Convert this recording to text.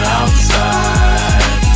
outside